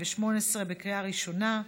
לקריאה ראשונה.